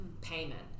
payment